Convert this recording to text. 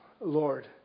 Lord